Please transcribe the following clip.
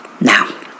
Now